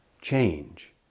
change